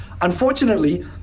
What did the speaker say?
Unfortunately